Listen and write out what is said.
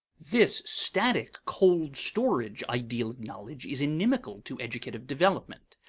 this static, cold-storage ideal of knowledge is inimical to educative development.